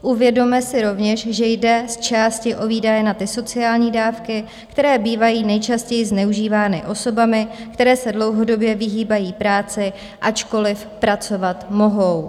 Uvědomme si rovněž, že jde zčásti o výdaje na sociální dávky, které bývají nejčastěji zneužívány osobami, které se dlouhodobě vyhýbají práci, ačkoliv pracovat mohou.